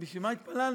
אז בשביל מה התפללנו?